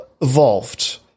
evolved